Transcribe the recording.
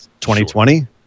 2020